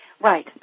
Right